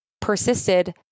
persisted